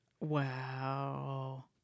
Wow